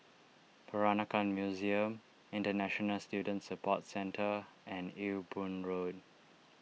Peranakan Museum International Student Support Centre and Ewe Boon Road